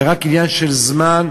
זה רק עניין של זמן,